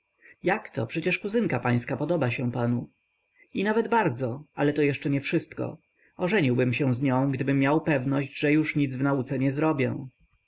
ramionami jakto przecież kuzynka pańska podoba się panu i nawet bardzo ale to jeszcze nie wszystko ożeniłbym się z nią gdybym miał pewność że już nic w nauce nie zrobię